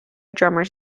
drummers